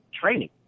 Training